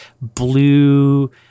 blue –